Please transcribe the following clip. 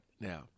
now